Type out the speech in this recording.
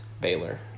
Baylor